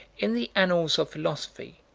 in the annals of philosophy,